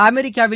அமெரிக்காவில்